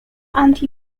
anti